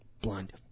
Blind